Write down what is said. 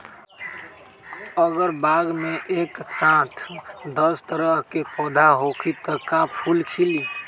अगर बाग मे एक साथ दस तरह के पौधा होखि त का फुल खिली?